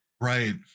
right